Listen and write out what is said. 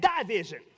division